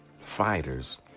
fighters